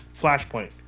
Flashpoint